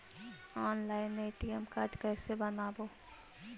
Online ATM card कैसे बनाबौ?